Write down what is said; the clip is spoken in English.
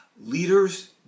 Leaders